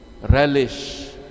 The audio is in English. relish